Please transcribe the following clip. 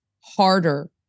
harder